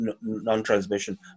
non-transmission